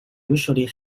usually